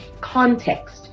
context